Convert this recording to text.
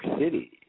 City